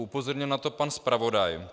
Upozornil na to pan zpravodaj.